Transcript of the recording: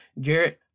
Jared